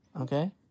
okay